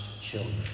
children